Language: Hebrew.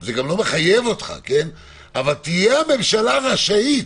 זה גם לא מחייב אותך, אבל תהיה הממשלה רשאית.